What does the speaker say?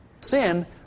Sin